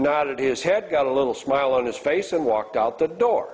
nodded his head got a little smile on his face and walked out the door